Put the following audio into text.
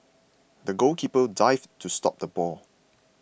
the goalkeeper dived to stop the ball